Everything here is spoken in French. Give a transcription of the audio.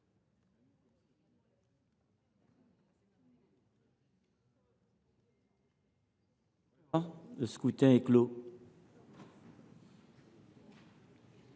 Le scrutin est clos.